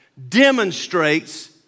demonstrates